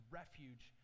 refuge